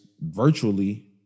virtually